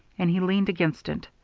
and he leaned against it,